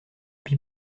pis